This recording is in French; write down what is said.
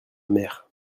mère